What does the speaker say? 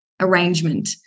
arrangement